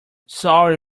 sorry